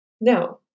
no